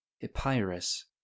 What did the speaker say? Epirus